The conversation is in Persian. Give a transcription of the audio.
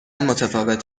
متفاوت